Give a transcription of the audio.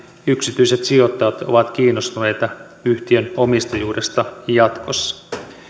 yksityiset sijoittajat ovat kiinnostuneita yhtiön omistajuudesta jatkossa